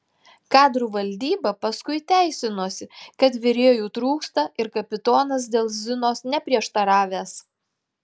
kadrų valdyba paskui teisinosi kad virėjų trūksta ir kapitonas dėl zinos neprieštaravęs